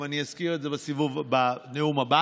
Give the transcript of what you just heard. אני גם אזכיר את זה בנאום הבא.